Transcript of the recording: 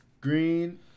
green